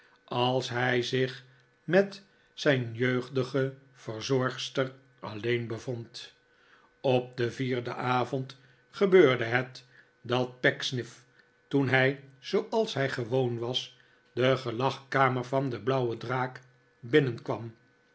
als hij zich met zijn jeugdige verzorgster alleen bevond op den vierden avond gebeurde het dat pecksniff toen hij zooals hij gewoon was de gelagkamer van de blauwe draak binnenkwam